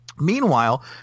Meanwhile